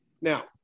Now